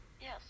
Yes